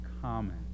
common